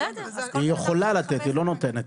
היא יכולה לתת, היא לא נותנת.